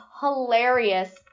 hilarious